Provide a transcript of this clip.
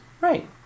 Right